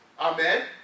Amen